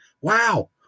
Wow